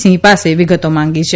સિંહ પાસે વિગતો માંગી છે